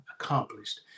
accomplished